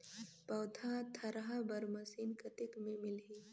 पौधा थरहा बर मशीन कतेक मे मिलही?